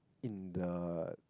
in the